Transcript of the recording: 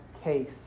case